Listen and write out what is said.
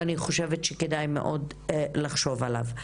ואני חושבת שכדאי מאוד לחשוב עליו.